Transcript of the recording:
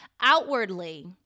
outwardly